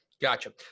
Gotcha